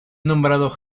nombrado